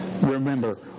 remember